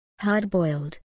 hard-boiled